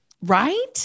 Right